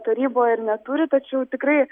taryboje neturi tačiau tikrai